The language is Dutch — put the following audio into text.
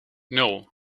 nul